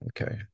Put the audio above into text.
Okay